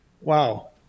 Wow